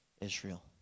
Israel